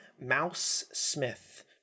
Mouse-Smith